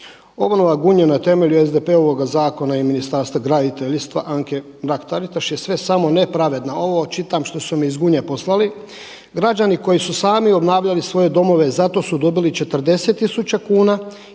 Obnova Gunje na temelju SDP-ovoga zakona i Ministarstva graditeljstva Anke Mrak-Taritaš je sve samo ne pravedna. Ovo čitam što su mi iz Gunje poslali. Građani koji su sami obnavljali svoje domove zato su dobili 40 tisuća